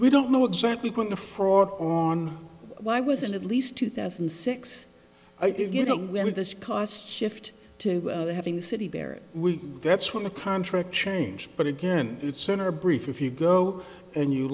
we don't know exactly when the fraud on why wasn't at least two thousand and six i think you know when this costs shift to having city bear we that's when the contract changed but again it's in our brief if you go and you